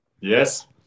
Yes